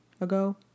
ago